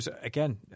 again